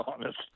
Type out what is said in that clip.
honest